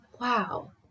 wow